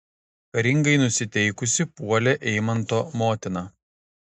karingai nusiteikusi puolė eimanto motina